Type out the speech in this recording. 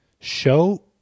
Show